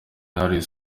harris